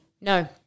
No